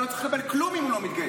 לא צריך לקבל כלום אם הוא לא מתגייס.